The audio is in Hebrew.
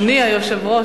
"אדוני היושב-ראש",